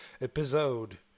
episode